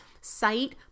sight